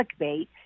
clickbait